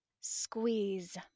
Squeeze